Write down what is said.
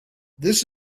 this